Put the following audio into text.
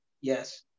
Yes